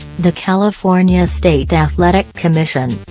the california state athletic commission,